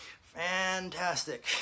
Fantastic